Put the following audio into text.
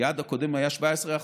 היעד הקודם היה 17%,